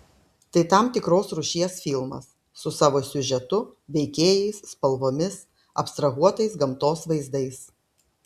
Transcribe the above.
tai tam tikros rūšies filmas su savo siužetu veikėjais spalvomis abstrahuotais gamtos vaizdais